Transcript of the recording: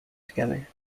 together